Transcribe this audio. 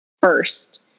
first